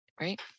right